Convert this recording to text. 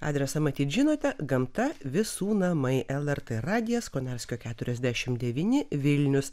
adresą matyt žinote gamta visų namai lrt radijas konarskio keturiasdešimt devyni vilnius